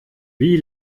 wie